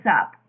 up